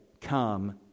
come